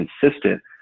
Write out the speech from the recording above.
consistent